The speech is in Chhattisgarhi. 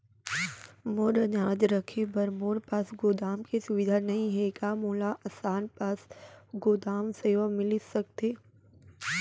मोर अनाज रखे बर मोर पास गोदाम के सुविधा नई हे का मोला आसान पास गोदाम सेवा मिलिस सकथे?